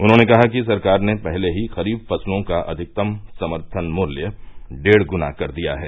उन्होंने कहा कि सरकार ने पहले ही खरीफ फसलों का अधिकतम समर्थन मूल्य डेढ़ ग्ना कर दिया है